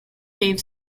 cave